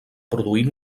produir